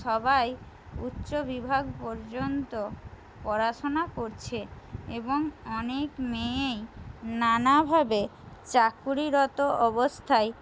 সবাই উচ্চ বিভাগ পর্যন্ত পড়াশোনা করছে এবং অনেক মেয়েই নানাভাবে চাকুরিরত অবস্থায়